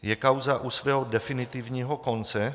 Je kauza u svého definitivního konce?